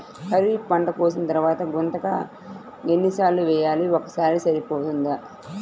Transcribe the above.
ఖరీఫ్ పంట కోసిన తరువాత గుంతక ఎన్ని సార్లు వేయాలి? ఒక్కసారి సరిపోతుందా?